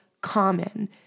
common